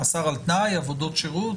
מאסר על תנאי או עבודות שירות.